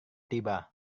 tiba